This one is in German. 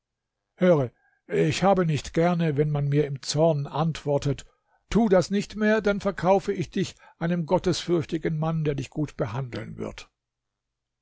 höre ich habe nicht gerne wenn man mir im zorn antwortet tu das nicht mehr dann verkaufe ich dich einem gottesfürchtigen mann der dich gut behandeln wird